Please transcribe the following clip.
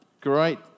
Great